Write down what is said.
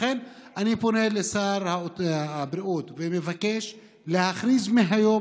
לכן אני פונה לשר הבריאות ומבקש להכריז מהיום